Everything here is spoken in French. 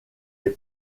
est